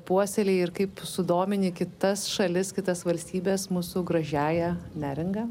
puoselėji ir kaip sudomini kitas šalis kitas valstybes mūsų gražiąja neringa